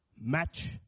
match